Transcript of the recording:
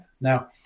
Now